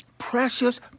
Precious